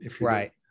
Right